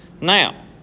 Now